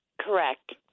Correct